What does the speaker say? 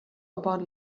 about